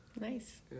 Nice